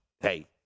hey